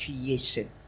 creation